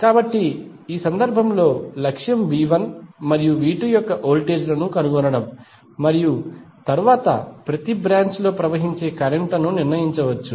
కాబట్టి ఈ సందర్భంలో లక్ష్యంV1 మరియు V2 యొక్క వోల్టేజ్ లను కనుగొనడం మరియు తరువాత ప్రతి బ్రాంచ్ లో ప్రవహించే కరెంట్ లను నిర్ణయించవచ్చు